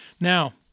Now